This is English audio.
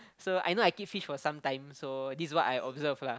so I know I keep fish for sometime so this is what I observe lah